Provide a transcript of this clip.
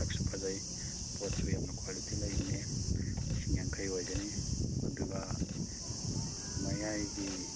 ꯁꯛꯁꯨ ꯐꯖꯩ ꯄꯣꯠꯁꯨ ꯌꯥꯝꯅ ꯀ꯭ꯋꯥꯂꯤꯇꯤ ꯂꯩꯕꯅꯦ ꯂꯤꯁꯤꯡ ꯌꯥꯡꯈꯩ ꯑꯣꯏꯒꯅꯤ ꯑꯗꯨꯒ ꯃꯌꯥꯏꯒꯤ